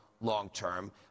long-term